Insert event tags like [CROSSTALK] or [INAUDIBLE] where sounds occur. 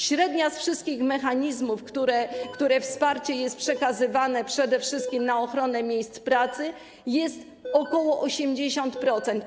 Średnia z wszystkich mechanizmów, z których [NOISE] wsparcie jest przekazywane przede wszystkim na ochronę miejsc pracy, jest ok. 80%.